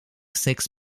six